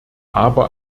aber